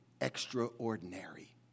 extraordinary